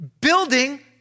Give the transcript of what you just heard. building